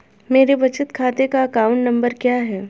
मेरे बचत खाते का अकाउंट नंबर क्या है?